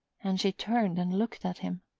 and she turned and looked at him.